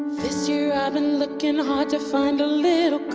this year i've been looking hard to find a little